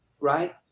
right